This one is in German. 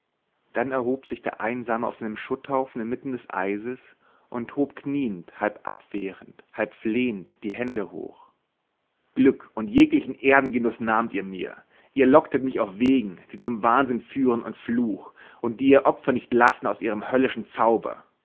dann erhob sich der einsame auf seinem schutthaufen inmitten des eises und hob kniend halb abwehrend halb flehend die hände hoch glück und jeglichen erdengenuß nahmt ihr mir ihr locktet mich auf wege die zum wahnsinn führen und fluch und die ihr opfer nicht lassen aus ihrem höllischen zauber